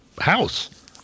house